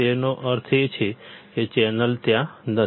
તેનો અર્થ એ છે કે ચેનલ ત્યાં નથી